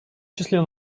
числе